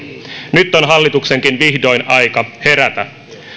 nyt on hallituksenkin vihdoin aika herätä